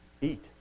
eat